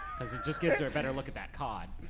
cause it just gets her a better look at that cod.